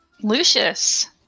Lucius